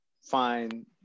find